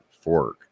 fork